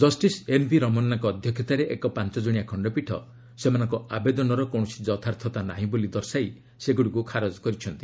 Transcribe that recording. justice N V ରମନାଙ୍କ ଅଧ୍ୟକ୍ଷତାରେ ଏକ ପାଞ୍ଚ ଜଣିଆ ଖଣ୍ଡପୀଠ ସେମାନଙ୍କ ଆବେଦନର କୌଣସି ଯଥାର୍ଥତା ନାହିଁ ବୋଲି ଦର୍ଶାଇ ସେଗୁଡ଼ିକୁ ଖାରଜ କରିଛନ୍ତି